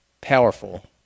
powerful